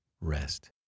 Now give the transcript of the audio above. rest